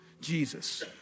Jesus